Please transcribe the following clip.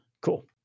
cool